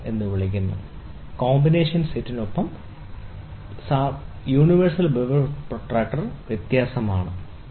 combination സെറ്റിനൊപ്പം നമ്മളുടെ combination സെറ്റിൽ നിന്ന് സാർവത്രിക ബെവൽ പ്രൊട്ടക്ടർ വ്യത്യസ്തമാണ് ഇത് വ്യത്യസ്തമാണ്